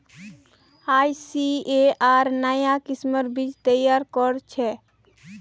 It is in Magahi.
आईसीएआर नाया किस्मेर बीज तैयार करछेक